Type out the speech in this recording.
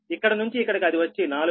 ఇక్కడ నుంచి ఇక్కడికి అది వచ్చి 4